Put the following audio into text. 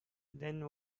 then